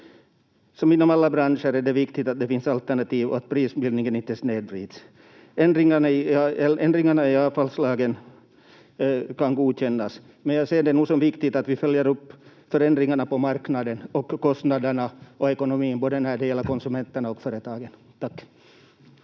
inom alla branscher är det viktigt att det finns alternativ och att prisbildningen inte snedvrids. Ändringarna i avfallslagen kan godkännas, men jag ser det nog som viktigt att vi följer upp förändringarna på marknaden och kostnaderna och ekonomin både när det gäller konsumenterna och företagen. — Tack.